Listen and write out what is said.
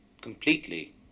completely